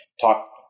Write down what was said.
talk